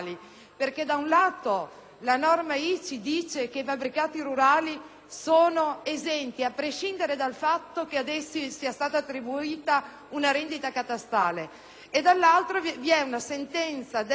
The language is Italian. sono esenti, a prescindere dal fatto che ad essi sia stata attribuita una rendita catastale e, dall'altro, vi è una sentenza della Cassazione che invece ritiene che questi effetti fiscali